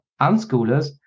unschoolers